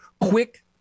quick